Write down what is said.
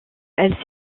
elle